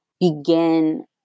begin